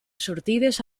sortides